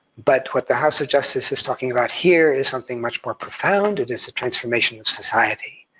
but what the house of justice is talking about here is something much more profound. it is a transformation of society.